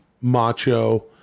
macho